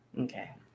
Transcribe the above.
okay